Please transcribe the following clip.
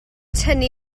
tynnu